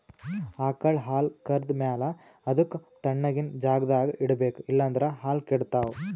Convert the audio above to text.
ಆಕಳ್ ಹಾಲ್ ಕರ್ದ್ ಮ್ಯಾಲ ಅದಕ್ಕ್ ತಣ್ಣಗಿನ್ ಜಾಗ್ದಾಗ್ ಇಡ್ಬೇಕ್ ಇಲ್ಲಂದ್ರ ಹಾಲ್ ಕೆಡ್ತಾವ್